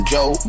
Joe